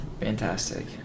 Fantastic